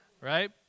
Right